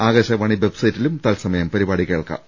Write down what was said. ആകാശ്വാണി വെബ്സൈ റ്റിലും തത്സമയം പരിപാടി കേൾക്കാം